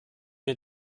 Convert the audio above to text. mir